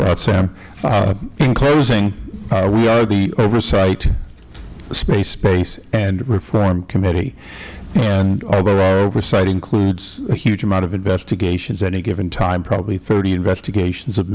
lot sam in closing we are the oversight space space and reform committee and although our oversight includes a huge amount of investigations at any given time probably thirty investigations of